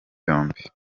yombi